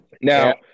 Now